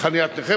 לחניית נכה,